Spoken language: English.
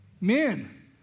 Men